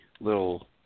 little